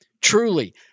Truly